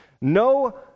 no